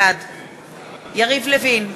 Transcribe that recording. בעד יריב לוין,